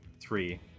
three